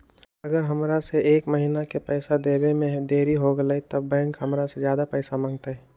अगर हमरा से एक महीना के पैसा देवे में देरी होगलइ तब बैंक हमरा से ज्यादा पैसा मंगतइ?